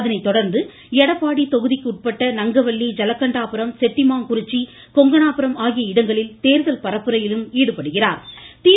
அதனை தொடா்ந்து எடப்பாடி தொகுதிக்குட்பட்ட நங்கவல்லி ஜலகண்டாபுரம் செட்டிமாங்குறிச்சி கொங்கணாபுரம் ஆகிய இடங்களில் தேர்தல் பரப்புரையில் ஈடுபடுகிறார்